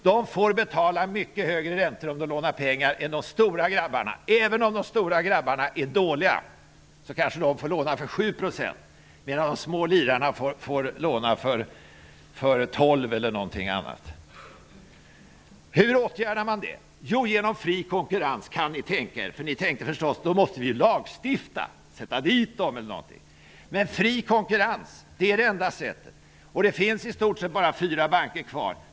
De får betala mycket högre räntor om de lånar pengar än de stora grabbarna. Även om de stora grabbarna är dåliga kanske de får låna för 7 %, medan de små lirarna får låna för 12 % eller så. Hur åtgärdar man det? Jo, genom fri konkurrens -- kan ni tänka er! Ni tänkte förstås: Då måste vi lagstifta och sätta dit dem. Men fri konkurrens är det enda sättet att åtgärda det. Det finns i stort sett bara fyra banker kvar.